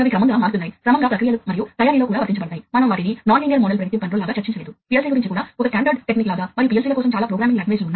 అందువల్ల మీరు plant wide network కలిగి ఉండాలనుకుంటే మీరు నిజంగా చాలా పెద్ద దూరాలను కలిగి ఉండాలి